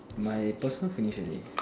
my person finish already